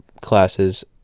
classes